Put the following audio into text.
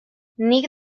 nik